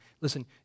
Listen